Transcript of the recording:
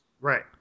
Right